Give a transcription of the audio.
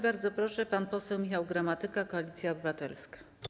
Bardzo proszę, pan poseł Michał Gramatyka, Koalicja Obywatelska.